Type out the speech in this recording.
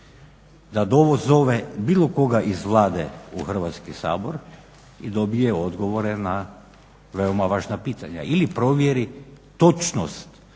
da dozove bilo koga iz Vlade u Hrvatski sabor i dobije odgovore na veoma važna pitanja ili provjeri točnost